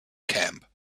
camp